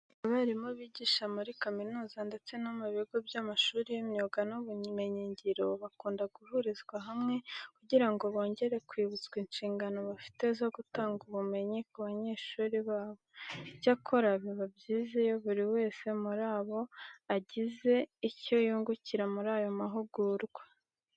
Abarimu bigisha muri kaminuza ndetse no mu bigo by'amashuri y'imyuga n'ubumenyingiro bakunda guhurizwa hamwe kugira ngo bongere kwibutswa inshingano bafite zo gutanga ubumenyi ku banyeshuri babo. Icyakora biba byiza iyo buri wese muri bo agize icyo yungukira muri ayo mahugurwa.